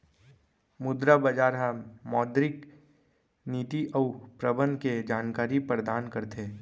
मुद्रा बजार ह मौद्रिक नीति अउ प्रबंधन के जानकारी परदान करथे